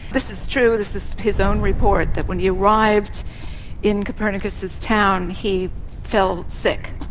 this is true, this is his own report, that when he arrived in copernicus's town he fell sick,